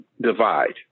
divide